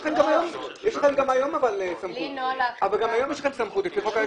גם היום יש לכם סמכות לפי החוק הישן.